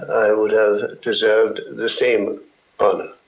would have deserved the same honor.